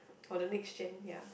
for the next gen ya